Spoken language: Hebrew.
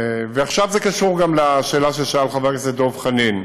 ועכשיו, זה קשור גם לשאלה ששאל חבר הכנסת דב חנין.